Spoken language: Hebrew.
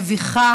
מביכה